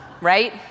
right